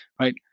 right